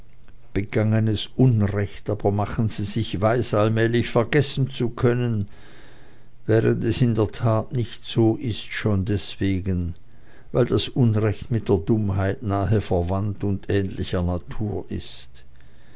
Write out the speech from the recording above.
begangenes unrecht aber machen sie sich weis allmählich vergessen zu können während es in der tat nicht so ist schon deswegen weil das unrecht mit der dummheit nahe verwandt und ähnlicher natur ist